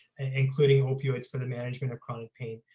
including opioids for the management of chronic pain.